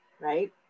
right